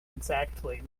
exactly